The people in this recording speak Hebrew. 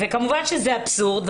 כמובן שזה אבסורד.